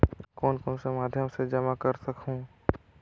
कौन कौन सा माध्यम से जमा कर सखहू?